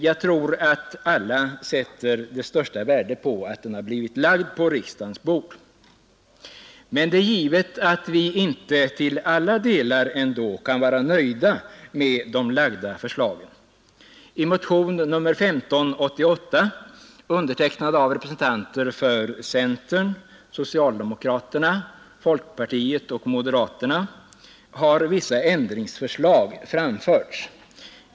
Jag tror att alla sätter det största värde på att den blivit lagd på riksdagens bord. Men det är givet att vi inte till alla delar ändå kan vara nöjda med det lagda förslaget. I motion nr 1588, undertecknad av representanter för centern, socialdemokraterna, folkpartiet och moderaterna, har vissa ändringsförslag framförts.